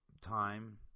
time